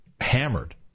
hammered